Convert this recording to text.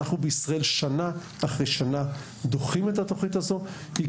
אנחנו דוחים את התוכנית הזו בישראל שנה אחר שנה,